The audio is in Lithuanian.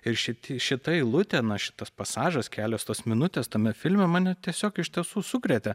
ir šit šita eilutė na šitas pasažas kelios tos minutės tame filme mane tiesiog iš tiesų sukrėtė